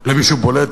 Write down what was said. למישהו בולט,